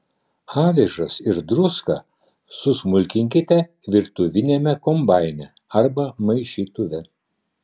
avižas ir druską susmulkinkite virtuviniame kombaine arba maišytuve